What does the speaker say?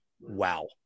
Wow